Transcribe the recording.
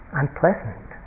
unpleasant